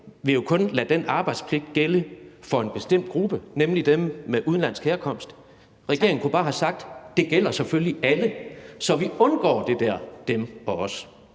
vil kun lade den arbejdspligt gælde for en bestemt gruppe, nemlig dem med udenlandsk herkomst. Regeringen kunne bare have sagt, at det selvfølgelig gælder alle, så vi undgår det der »dem og os«.